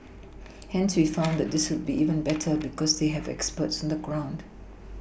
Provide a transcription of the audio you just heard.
hence we found that this will be even better because they have experts on the ground